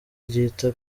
ryitwa